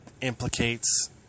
implicates